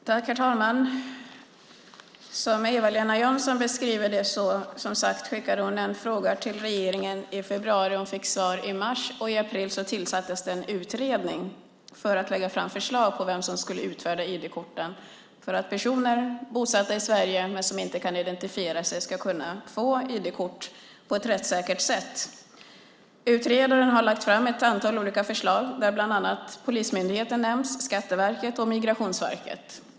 Herr talman! Som Eva-Lena Jansson säger ställde hon en interpellation till regeringen i februari. Hon fick svar i mars. I april tillsattes en utredning som skulle lägga fram förslag på vem som skulle utfärda ID-korten för att personer som är bosatta i Sverige men som inte kan identifiera sig ska kunna få ID-kort på ett rättssäkert sätt. Utredaren har lagt fram ett antal olika förslag. Bland annat nämns polismyndigheten, Skatteverket och Migrationsverket.